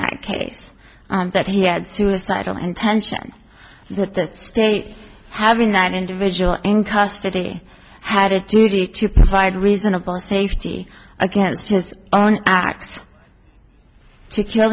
that case that he had suicidal intention that the state having that individual in custody had a duty to provide reasonable safety against his own acts to kill